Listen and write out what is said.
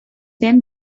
then